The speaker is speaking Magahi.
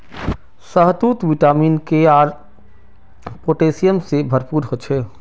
शहतूत विटामिन के, सी आर पोटेशियम से भरपूर ह छे